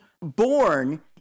born